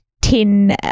tin